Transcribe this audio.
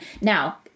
Now